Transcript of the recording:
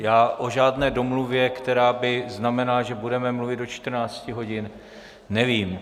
O žádné domluvě, která by znamenala, že budeme mluvit do 14 hodin, nevím.